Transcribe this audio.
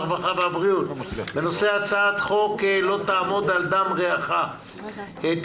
הרווחה והבריאות בנושא הצעת חוק לא תעמוד על דם רעך (תיקון